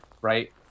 Right